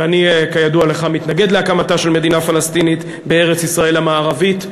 ואני כידוע לך מתנגד להקמתה של מדינה פלסטינית בארץ-ישראל המערבית,